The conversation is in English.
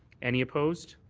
any opposed?